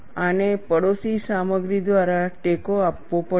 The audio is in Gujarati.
આને પડોશી સામગ્રી દ્વારા ટેકો આપવો પડશે